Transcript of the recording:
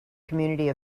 community